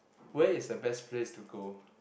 where is the best place to go